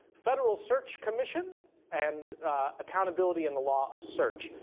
federal search commission and accountability in the law of search.